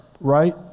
right